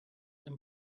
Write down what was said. and